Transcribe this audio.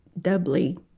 doubly